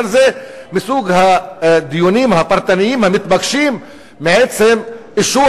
אבל זה מסוג הדיונים הפרטניים המתבקשים מעצם אישור